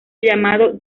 llamado